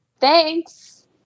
Thanks